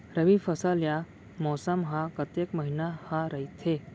रबि फसल या मौसम हा कतेक महिना हा रहिथे?